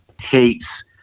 hates